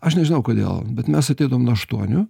aš nežinau kodėl bet mes ateidavom nuo aštuonių